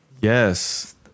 yes